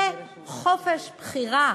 זה חופש בחירה,